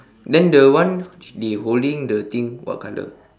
then the one they holding the thing what color